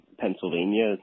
Pennsylvania